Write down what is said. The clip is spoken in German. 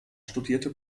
studierte